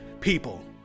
People